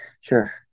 sure